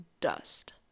dust